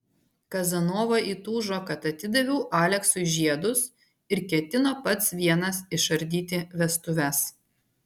kazanova įtūžo kad atidaviau aleksui žiedus ir ketino pats vienas išardyti vestuves